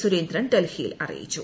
സുരേന്ദ്രൻ ഡൽഹിയിൽ അറിയിച്ചു